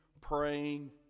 praying